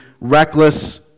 reckless